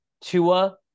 tua